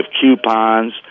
coupons